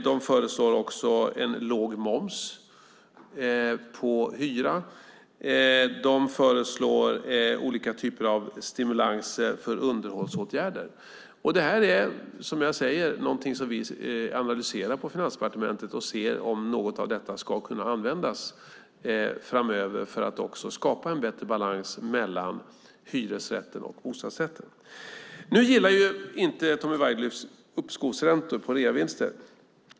De föreslår en låg moms på hyra. De föreslår också olika typer av stimulanser för underhållsåtgärder. Det här är, som jag säger, någonting som vi analyserar på Finansdepartementet. Vi vill se om något av detta kan användas framöver för att skapa en bättre balans mellan hyresrätten och bostadsrätten. Nu gillar inte Tommy Waidelich uppskovsräntor på reavinster.